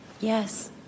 yes